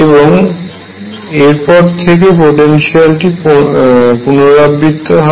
এবং এরপর থেকে পোটেনশিয়ালটি পুনরাবৃত্ত হয়